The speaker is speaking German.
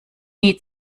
nie